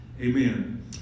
Amen